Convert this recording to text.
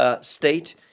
state